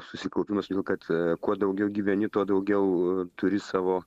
susikaupimas kad kuo daugiau gyveni tuo daugiau turi savo